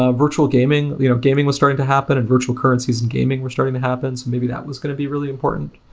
ah virtual gaming you know gaming was starting to happen and virtual currencies in gaming were starting to happen. so maybe that was going to be really important.